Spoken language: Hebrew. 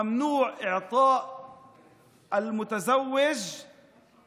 אסור לתת לבן הזוג לא